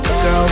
Girl